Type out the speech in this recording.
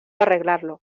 arreglarlo